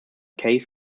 keyes